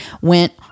went